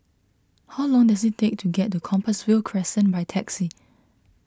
how long does it take to get to Compassvale Crescent by taxi